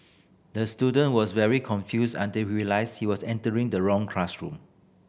the student was very confused until he realised he was entering the wrong classroom